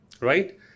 right